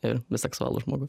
ir biseksualų žmogų